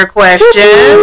question